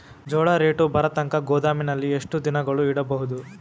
ಜೋಳ ರೇಟು ಬರತಂಕ ಗೋದಾಮಿನಲ್ಲಿ ಎಷ್ಟು ದಿನಗಳು ಯಿಡಬಹುದು?